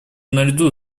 наряду